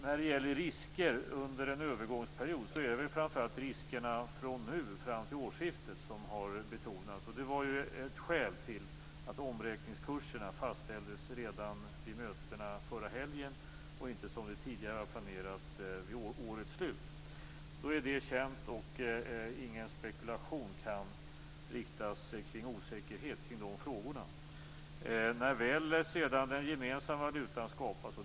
När det gäller risker under en övergångsperiod är det framför allt riskerna från nu fram till årsskiftet som har betonats. Det var ett skäl till att omräkningskurserna fastställdes redan vid mötena förra helgen och inte, som vi tidigare hade planerat, vid årets slut. Nu är detta känt, och ingen spekulation kan riktas om osäkerhet kring dessa frågor.